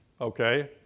okay